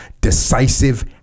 decisive